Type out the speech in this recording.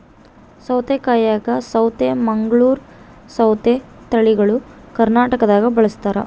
ಸೌತೆಕಾಯಾಗ ಸೌತೆ ಮಂಗಳೂರ್ ಸೌತೆ ತಳಿಗಳು ಕರ್ನಾಟಕದಾಗ ಬಳಸ್ತಾರ